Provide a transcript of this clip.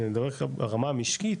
אני מדבר איתך ברמה המשקית,